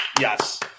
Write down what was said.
yes